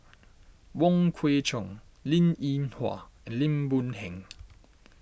Wong Kwei Cheong Linn in Hua and Lim Boon Heng